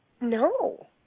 No